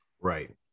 Right